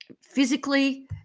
physically